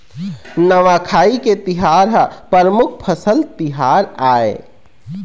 नवाखाई के तिहार ह परमुख फसल तिहार आय